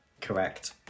Correct